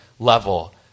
Level